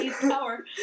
power